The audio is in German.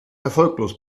erfolglos